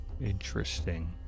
Interesting